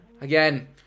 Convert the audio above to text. Again